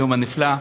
היום הנפלא.